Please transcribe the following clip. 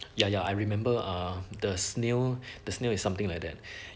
ya ya I remember uh the snail the snail is something like that